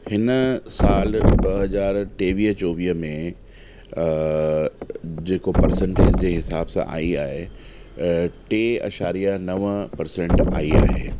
हिन साल ॿ हज़ार टेवीह चोवीह में जेको पर्सेंटेज जे हिसाब सां आयी आहे टे आशार्या नव पर्सेंट आयी आहे